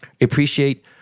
Appreciate